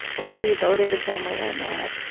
whether you voted the same way or not.